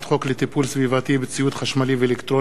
סביבתי בציוד חשמלי ואלקטרוני ובסוללות,